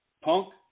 Punk